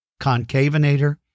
concavenator